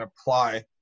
apply